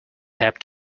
tap